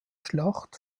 schlacht